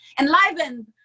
enlivened